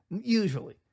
Usually